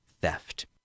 theft